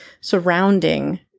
surrounding